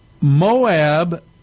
Moab